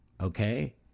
Okay